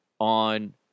on